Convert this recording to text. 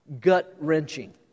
gut-wrenching